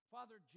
Father